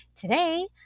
Today